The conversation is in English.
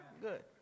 Good